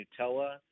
Nutella